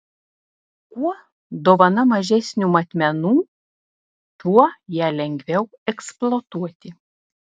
kuo dovana mažesnių matmenų tuo ją lengviau eksploatuoti